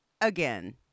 again